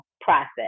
process